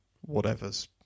whatever's